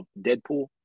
Deadpool